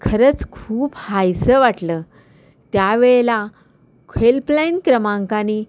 खरंच खूप हायसं वाटलं त्यावेळेला हेल्पलाईन क्रमांकांनी